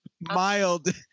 mild